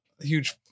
Huge